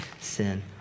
sin